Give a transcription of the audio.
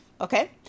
Okay